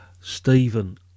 Stephen